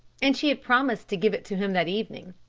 and she had promised to give it to him that evening.